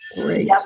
Great